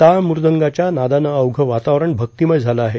टाळ मृदंगाच्या नादानं अवघं वातावरण भक्तिमय झालं आहे